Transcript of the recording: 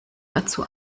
dazu